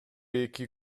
эки